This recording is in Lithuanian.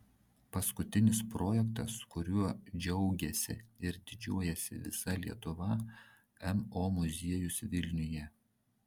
paskutinis projektas kuriuo džiaugiasi ir didžiuojasi visa lietuva mo muziejus vilniuje